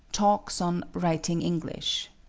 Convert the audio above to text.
talks on writing english.